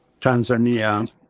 Tanzania